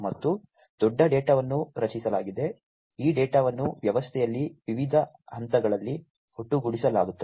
ಮತ್ತು ದೊಡ್ಡ ಡೇಟಾವನ್ನು ರಚಿಸಲಾಗಿದೆ ಈ ಡೇಟಾವನ್ನು ವ್ಯವಸ್ಥೆಯಲ್ಲಿ ವಿವಿಧ ಹಂತಗಳಲ್ಲಿ ಒಟ್ಟುಗೂಡಿಸಲಾಗುತ್ತದೆ